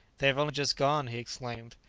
they have only just gone, he exclaimed,